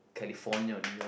California or New York